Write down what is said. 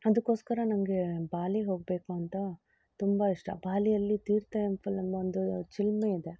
ಅದಕ್ಕೋಸ್ಕರ ನನಗೆ ಬಾಲಿ ಹೋಗಬೇಕು ಅಂತ ತುಂಬ ಇಷ್ಟ ಬಾಲಿಯಲ್ಲಿ ತೀರ್ಥ ಎಂಪಲ್ ಎಂಬ ಒಂದು ಚಿಲುಮೆ ಇದೆ